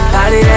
Body